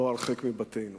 לא הרחק מבתינו.